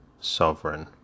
sovereign